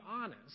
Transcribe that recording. honest